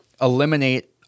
eliminate